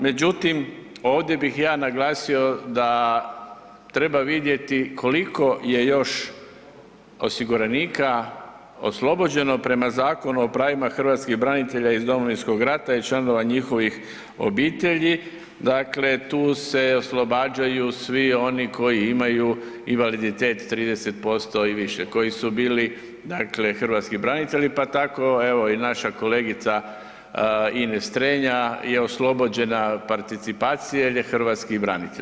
Međutim, ovdje bih ja naglasio da treba vidjeti koliko je još osiguranika oslobođeno prema Zakona o pravima hrvatskih branitelja iz Domovinskog rata i članova njihovih obitelji dakle tu se oslobađaju svi oni koji imaju invaliditet 30% i više, koji su bili dakle hrvatski branitelji pa tako evo i naša kolegica Ines Strenja je oslobođena participacije jer je hrvatski branitelj.